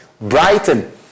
Brighton